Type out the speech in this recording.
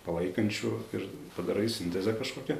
palaikančių ir padarai sintezę kažkokią